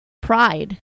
Pride